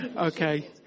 Okay